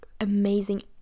amazing